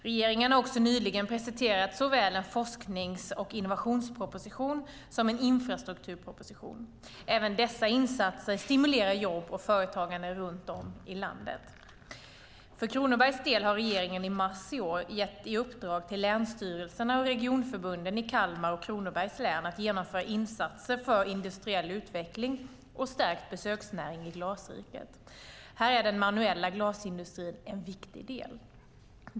Regeringen har också nyligen presenterat såväl en forsknings och innovationsproposition som en infrastrukturproposition. Även dessa insatser stimulerar jobb och företagande runt om i Sverige. För Kronobergs del har regeringen i mars i år gett i uppdrag till länsstyrelserna och regionförbunden i Kalmar och Kronobergs län att genomföra insatser för industriell utveckling och stärkt besöksnäring i Glasriket. Här är den manuella glasindustrin en viktig del.